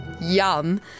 Yum